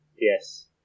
Yes